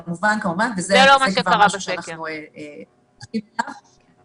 וזה משהו שאנחנו --- זה לא מה שקרה בסקר.